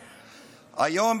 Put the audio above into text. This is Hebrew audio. היום,